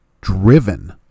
driven